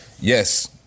yes